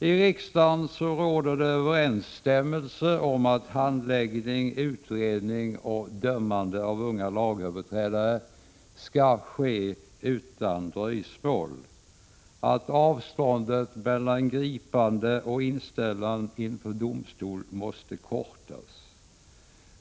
I riksdagen råder överensstämmelse i fråga om att handläggning, utredningar och dömande av unga lagöverträdare skall ske utan dröjsmål samt att avståndet mellan gripande och inställelse inför domstolar måste förkortas.